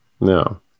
No